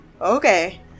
okay